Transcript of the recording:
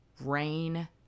rain